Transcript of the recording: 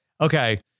Okay